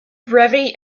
brevity